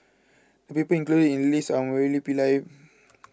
the people included in the list are Murali Pillai